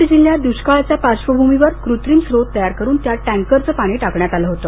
बीड जिल्ह्यात दुष्काळाच्या पार्श्वभूमीवर कृत्रिम स्त्रोत तयार करून त्यात टैंकरचे पाणी टाकण्यात आले होते